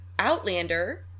Outlander